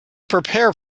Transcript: prepare